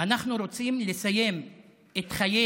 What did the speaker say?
אנחנו רוצים לסיים את חיי